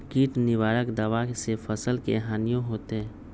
किट निवारक दावा से फसल के हानियों होतै?